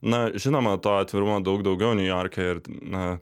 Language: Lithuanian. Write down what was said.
na žinoma to atvirumo daug daugiau niujorke ir na